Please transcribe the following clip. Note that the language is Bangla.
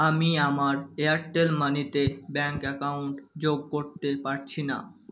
আমি আমার এয়ারটেল মানিতে ব্যাঙ্ক অ্যাকাউন্ট যোগ করতে পারছি না